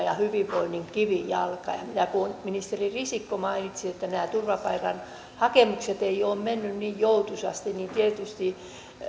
ja hyvinvoinnin kivijalka kun ministeri risikko mainitsi että nämä turvapaikkahakemukset eivät ole menneet niin joutuisasti niin tietysti